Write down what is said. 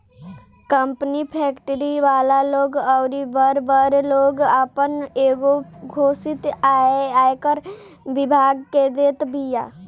company, factory वाला लोग अउरी बड़ बड़ लोग आपन एगो घोषित आय आयकर विभाग के देत बिया